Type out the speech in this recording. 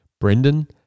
brendan